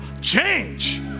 change